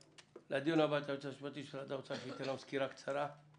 את היועץ המשפטי של משרד האוצר, שייתן סקירה קצרה.